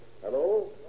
Hello